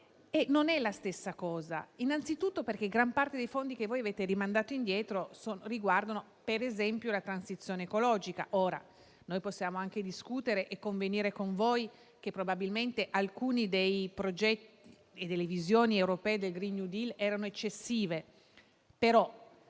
non è la stessa cosa, innanzitutto perché gran parte dei fondi che voi avete rimandato indietro riguardano per esempio la transizione ecologica. Noi possiamo anche discutere e convenire con voi che probabilmente alcuni dei progetti e delle visioni europei del *green new deal* erano eccessivi; però